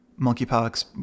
Monkeypox